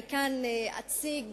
אני אציג